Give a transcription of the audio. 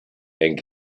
and